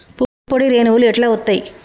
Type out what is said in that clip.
పుప్పొడి రేణువులు ఎట్లా వత్తయ్?